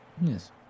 Yes